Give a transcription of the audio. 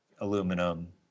aluminum